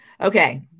Okay